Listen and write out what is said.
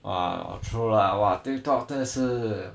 !wah! true lah !wah! TikTok 真的是